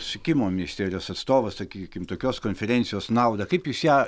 susisiekimo ministerijos atstovas sakykim tokios konferencijos naudą kaip jūs ją